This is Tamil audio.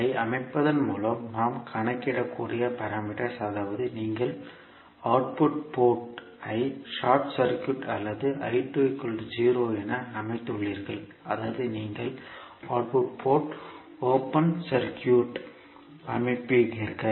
ஐ அமைப்பதன் மூலம் நாம் கணக்கிடக்கூடிய பாராமீட்டர்ஸ் அதாவது நீங்கள் அவுட்புட் போர்ட் ஐ ஷார்ட் சர்க்யூட் அல்லது என அமைத்துள்ளீர்கள் அதாவது நீங்கள் அவுட்புட் போர்ட் ஓபன் சர்க்யூட் அமைக்கிறீர்கள்